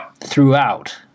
throughout